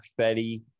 Fetty